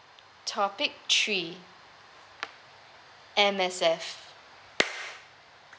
topic three M_S_F